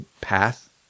path